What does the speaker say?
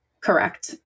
Correct